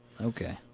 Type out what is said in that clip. Okay